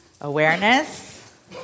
Awareness